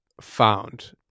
found